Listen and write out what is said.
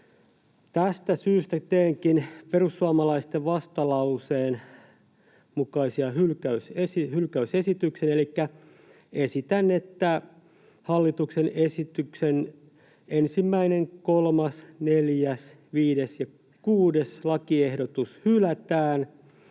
Tästä syystä teenkin perussuomalaisten vastalauseen mukaiset hylkäysesitykset. Elikkä esitän, että hallituksen esityksen 1., 3., 4., 5. ja 6. lakiehdotus hylätään